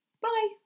Bye